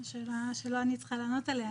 זו שאלה שלא אני צריכה לענות עליה.